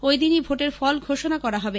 ওইদিনই ভোটের ফল ঘোষণা করা হবে